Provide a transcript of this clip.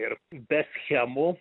ir be schemų